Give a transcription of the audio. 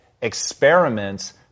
experiments